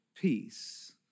peace